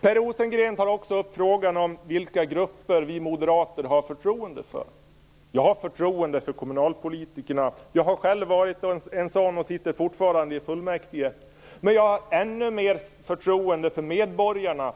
Per Rosengren tar också upp frågan om vilka grupper vi moderater har förtroende för. Jag har förtroende för kommunalpolitikerna - jag har själv varit en sådan och sitter fortfarande i fullmäktige - men jag har ännu mer förtroende för medborgarna